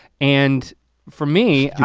and for me,